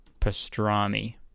pastrami